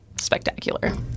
spectacular